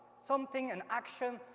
something, an action,